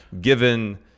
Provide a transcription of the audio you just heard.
Given